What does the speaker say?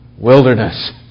wilderness